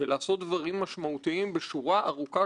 שאנחנו אומרים עכשיו אלא באמת לקרוא את הדוח.